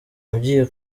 ugiye